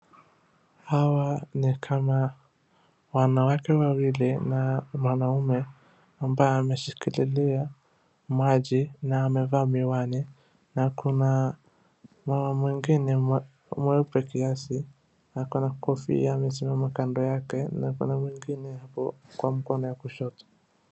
Hawa ni kama wanawake wawili na na mwanaume ambaye ameshikililia maji na amevaa miwani. Na kuna mama mwingine mweupe kiasi ako na kofia amesimama kando yake. Na kuna mwingine hapo kwa mkono ya kushoto.